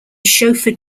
chauffeur